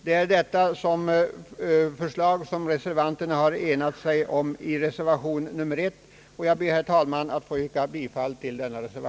Det är detta förslag som reservanterna har enat sig om och som förs fram i reservation nr 1. Jag ber, herr talman, att få yrka bifall till denna.